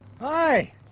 Hi